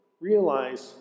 realize